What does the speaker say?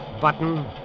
Button